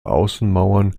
außenmauern